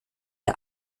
der